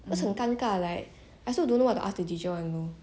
cause 很尴尬 like I also don't know what to ask the teacher [one] you know